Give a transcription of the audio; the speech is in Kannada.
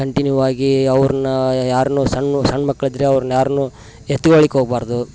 ಕಂಟಿನ್ಯೂ ಆಗಿ ಅವ್ರನ್ನ ಯಾರನ್ನು ಸಣ್ಣ ಸಣ್ಣ ಮಕ್ಳಿದ್ದರೆ ಅವ್ರ್ನ ಯಾರನ್ನು ಎತ್ಕಳಿಕ್ಕೆ ಹೋಗಬಾರ್ದು